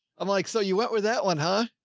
i'm like, so you went with that one, huh?